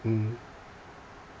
mmhmm